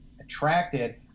attracted